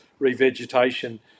revegetation